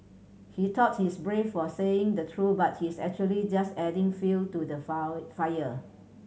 he thought he's brave for saying the truth but he's actually just adding fuel to the fire